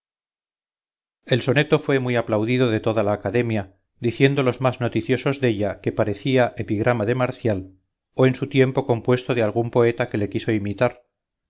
el soneto fué muy aplaudido de toda la academia diciendo los más noticiosos della que parecía epigrama de marcial o en su tiempo compuesto de algún poeta que le quiso imitar